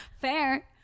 fair